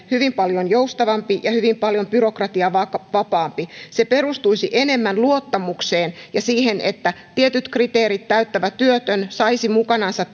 hyvin paljon joustavampi ja hyvin paljon byrokratiavapaampi se perustuisi enemmän luottamukseen ja siihen että tietyt kriteerit täyttävä työtön saisi mukanansa